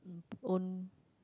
um own